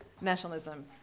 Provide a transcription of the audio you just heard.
nationalism